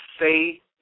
Say